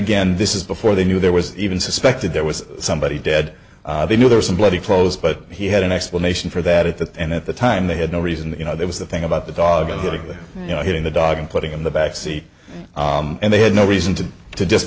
again this is before they knew there was even suspected there was somebody dead they knew there was a bloody close but he had an explanation for that at the end at the time they had no reason to you know there was the thing about the dog getting you know hitting the dog and putting in the backseat and they had no reason to